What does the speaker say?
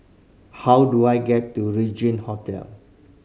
how do I get to Regin Hotel